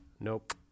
nope